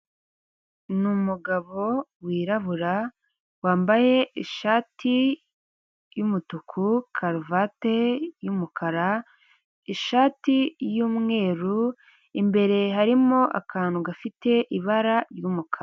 Ni umugabo wirabura wambaye ishati y'umutuku karuvati y'umukara ishati y'umweru imbere harimo akantu gafite ibara ry'umukara.